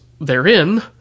therein